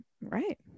Right